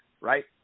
right